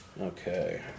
Okay